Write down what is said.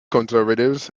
conservatives